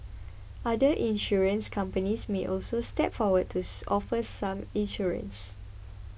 other insurance companies may also step forward to offer such insurance